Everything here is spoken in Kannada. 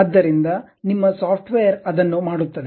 ಆದ್ದರಿಂದ ನಿಮ್ಮ ಸಾಫ್ಟ್ವೇರ್ ಅದನ್ನು ಮಾಡುತ್ತದೆ